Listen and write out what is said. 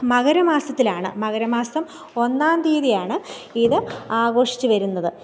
മകരമാസത്തിലാണ് മകരമാസം ഒന്നാം തീയതിയാണ് ഇത് ആഘോഷിച്ച് വരുന്നത്